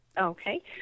Okay